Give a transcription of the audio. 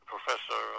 professor